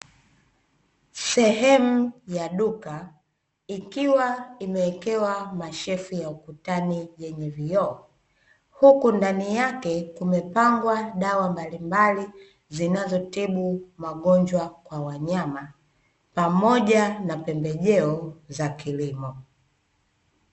Sehemu ya duka ikiwa imewekewa mashelfu ya ukutani yenye vioo. Huku ndani yake kumepangwa dawa mbalimbali zinazotibu magonjwa kwa wanyama pamoja na pembejeo za kilimo.